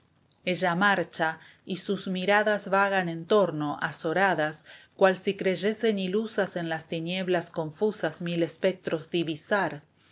ella marcha v sus miradas vagan en torno azoradas cual si creyesen ilusas en las tinieblas confusas mil espectros divisar